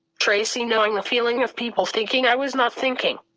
tracy knowing the feeling of people thinking i was not thinking.